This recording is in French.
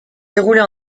déroulés